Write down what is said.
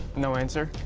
no answer.